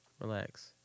Relax